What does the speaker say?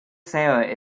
sarah